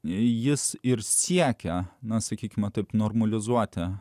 jis ir siekia na sakykime taip normalizuoti